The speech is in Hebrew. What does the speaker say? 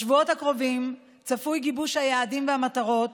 בשבועות הקרובים צפוי גיבוש היעדים והמטרות,